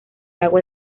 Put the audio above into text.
agua